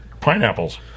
pineapples